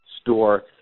store